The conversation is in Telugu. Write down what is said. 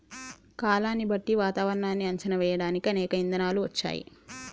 కాలాన్ని బట్టి వాతావరనాన్ని అంచనా వేయడానికి అనేక ఇధానాలు వచ్చాయి